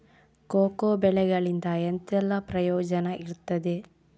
Cocoa ಬೆಳೆಗಳಿಂದ ಎಂತೆಲ್ಲ ಪ್ರಯೋಜನ ಇರ್ತದೆ?